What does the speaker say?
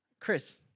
Chris